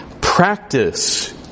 practice